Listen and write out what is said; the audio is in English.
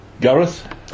Gareth